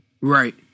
right